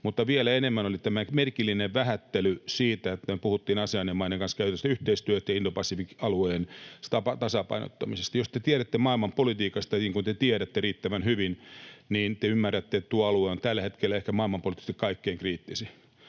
Mutta vielä enemmän oli merkillinen tämä vähättely siitä, kun puhuttiin Asean-maiden kanssa käytävästä yhteistyöstä ja Indo-Pacific-alueen tasapainottamisesta. Jos te tiedätte maailmanpolitiikasta, niin kuin tiedätte riittävän hyvin, niin ymmärrätte, että tuo alue on tällä hetkellä ehkä maailmanpoliittisesti kaikkein kriittisin.